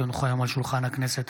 כי הונחו היום על שולחן הכנסת,